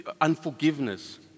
unforgiveness